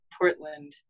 Portland